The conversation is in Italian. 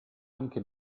anche